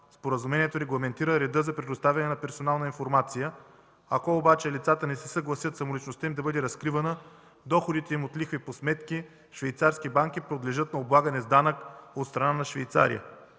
Споразумението регламентира реда за предоставяне на персонална информация. Ако обаче лицата не се съгласят самоличността им да бъде разкривана, доходите им от лихви по сметки в швейцарски банки подлежат на облагане с данък от страна на Швейцария.